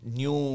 new